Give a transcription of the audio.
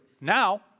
Now